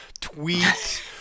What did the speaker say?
tweets